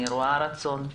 אני רואה רצון,